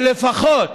שלפחות